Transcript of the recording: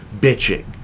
bitching